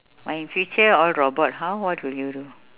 but in future all robot how what will you do